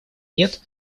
нет